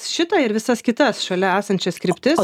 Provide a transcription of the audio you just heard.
šitą ir visas kitas šalia esančias kryptis